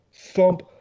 Thump